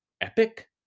epic